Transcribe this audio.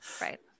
right